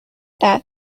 that